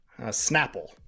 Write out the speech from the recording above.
Snapple